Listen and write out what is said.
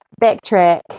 backtrack